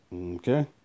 Okay